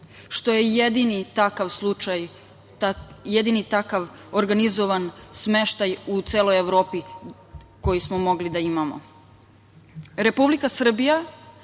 što je jedini takav slučaj, jedini takav organizovan smeštaj u celoj Evropi koji smo mogli da imamo. Republika Srbija